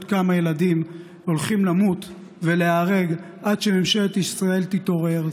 עוד כמה ילדים הולכים למות ולהיהרג עד שממשלת ישראל תתעורר,